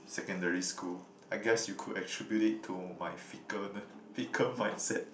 secondary school I guess you could attribute it to my ficklene~ fickle mindset